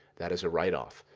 that is a write-off.